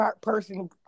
person